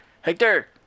Hector